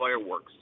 fireworks